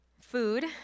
food